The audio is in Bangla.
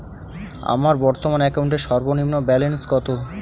আমার বর্তমান অ্যাকাউন্টের সর্বনিম্ন ব্যালেন্স কত?